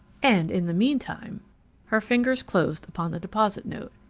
and in the meantime her fingers closed upon the deposit note.